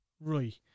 Right